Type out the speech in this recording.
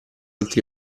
altri